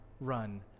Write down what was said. run